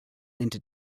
into